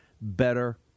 better